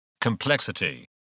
complexity